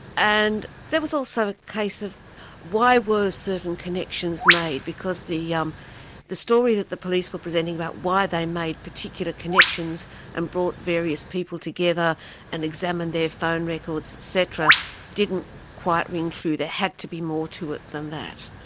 and there was also a case of why were certain connections made because the yeah um the story that the police were presenting about why they made particular connections and brought various people together and examined their phone records etc. didn't quite ring true. there had to be more to it than that.